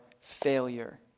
failure